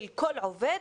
של כל עובד,